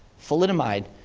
thalidomide,